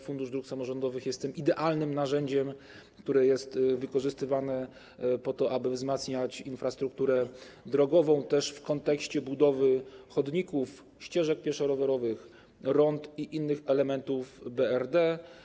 Fundusz Dróg Samorządowych jest tym idealnym narzędziem, które jest wykorzystywane po to, aby wzmacniać infrastrukturę drogową, też w kontekście budowy chodników, ścieżek pieszo-rowerowych, rond i innych elementów BRD.